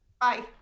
bye